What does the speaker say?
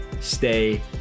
Stay